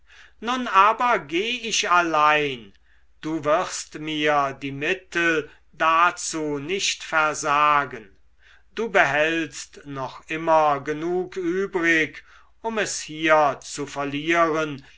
nun aber geh ich allein du wirst mir die mittel dazu nicht versagen du behältst noch immer genug übrig um es hier zu verlieren